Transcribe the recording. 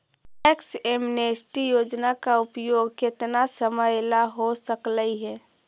tax amnesty योजना का उपयोग केतना समयला हो सकलई हे